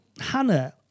Hannah